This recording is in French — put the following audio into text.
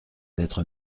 d’être